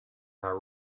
are